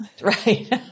Right